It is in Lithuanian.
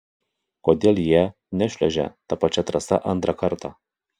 kodėl jie nešliuožė ta pačia trasa antrą kartą